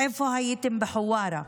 איפה הייתם בחווארה?